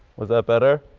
was that better?